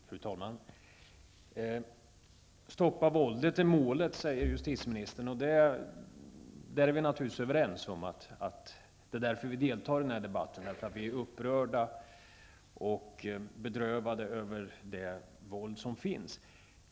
Fru talman! Stoppa våldet är målet, säger justitieministern, och det är vi naturligtvis överens om. Vi deltar i den här debatten därför att vi är upprörda och bedrövade över det våld som finns.